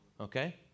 okay